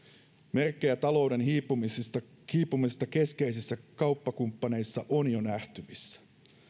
merkkejä talouden hiipumisesta hiipumisesta keskeisissä kauppakumppaneissa on jo nähtävissä